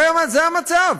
זה המצב.